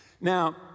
Now